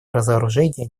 разоружения